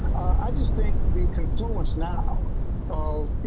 i just think the confluence now of